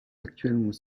actuellement